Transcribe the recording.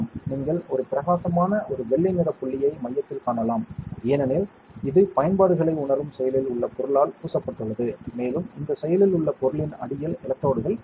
நீங்கள் ஒரு பிரகாசமான ஒரு வெள்ளை நிறப் புள்ளியைக் மையத்தில் காணலாம் ஏனெனில் இது பயன்பாடுகளை உணரும் செயலில் உள்ள பொருளால் பூசப்பட்டுள்ளது மேலும் இந்த செயலில் உள்ள பொருளின் அடியில் எலக்ட்ரோடுகள் உள்ளன